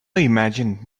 imagined